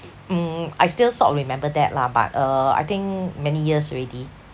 mm I still sort of remember that lah but uh I think many years already